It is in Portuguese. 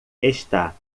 está